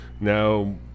Now